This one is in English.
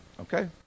okay